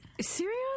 Serious